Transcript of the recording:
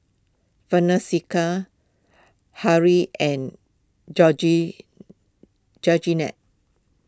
Francesca hurry and George George net